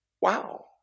wow